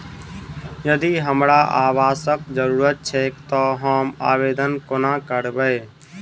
यदि हमरा आवासक जरुरत छैक तऽ हम आवेदन कोना करबै?